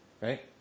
right